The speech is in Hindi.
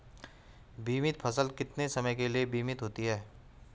बीमित फसल कितने समय के लिए बीमित होती है?